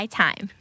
time